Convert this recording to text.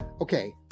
Okay